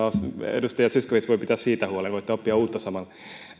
edustaja zyskowicz voi pitää siitä huolen voitte oppia uutta samalla